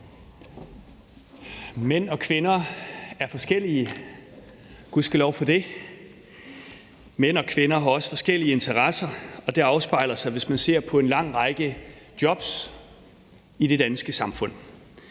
Mænd og kvinder er forskellige, og gudskelov for det. Mænd og kvinder har også forskellige interesser, og det afspejler sig, hvis man ser på en lang række jobs i det danske samfund.